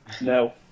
No